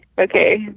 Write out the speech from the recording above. okay